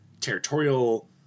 territorial